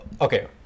okay